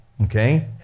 Okay